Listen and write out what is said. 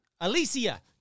Alicia